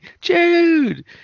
Jude